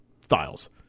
Styles